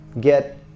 Get